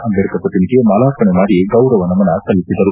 ಅಂಬೇಡ್ತರ್ ಪ್ರತಿಮೆಗೆ ಮಾರ್ಲಾಪಣೆ ಮಾಡಿ ಗೌರವ ನಮನ ಸಲ್ಲಿಸಿದರು